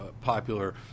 popular